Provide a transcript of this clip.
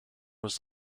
was